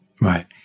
Right